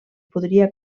podria